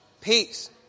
Peace